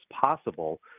possible